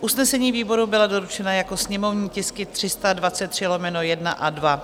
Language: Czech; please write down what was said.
Usnesení výboru byla doručena jako sněmovní tisky 323/1 a 2.